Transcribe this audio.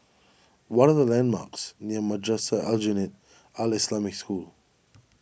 what are the landmarks near Madrasah Aljunied Al Islamic School